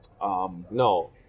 No